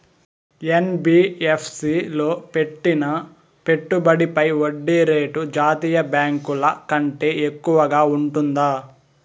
NBFC లో పెట్టిన పెట్టుబడి పై వడ్డీ రేటు జాతీయ బ్యాంకు ల కంటే ఎక్కువగా ఉంటుందా?